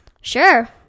Sure